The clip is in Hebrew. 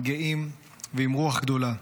גאים ועם רוח גדולה.